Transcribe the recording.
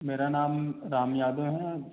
मेरा नाम राम यादव है